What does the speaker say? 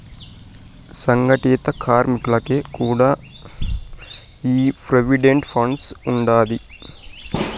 సంగటిత కార్మికులకి కూడా ఈ ప్రోవిడెంట్ ఫండ్ ఉండాది